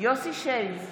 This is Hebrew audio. יוסף שיין,